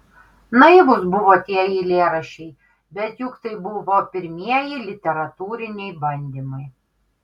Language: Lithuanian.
naivūs buvo tie eilėraščiai bet juk tai buvo pirmieji literatūriniai bandymai